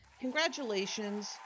Congratulations